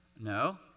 No